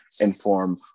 inform